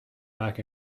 back